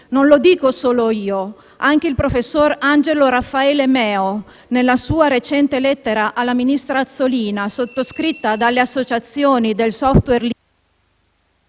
Non lo dico solo io, anche il professor Angelo Raffaele Meo nella sua recente lettera alla ministra Azzolina, sottoscritta dalle associazioni del *software*